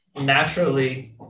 naturally